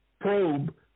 probe